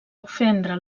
ofendre